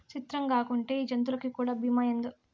సిత్రంగాకుంటే ఈ జంతులకీ కూడా బీమా ఏందో